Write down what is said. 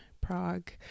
Prague